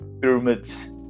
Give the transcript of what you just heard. pyramids